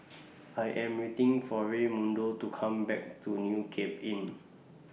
I Am waiting For Raymundo to Come Back from New Cape Inn